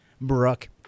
Brooke